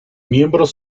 miembros